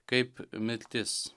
kaip mirtis